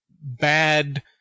bad